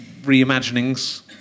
reimaginings